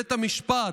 בית המשפט,